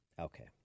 Okay